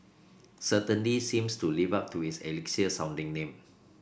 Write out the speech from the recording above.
certainly seems to live up to its elixir sounding name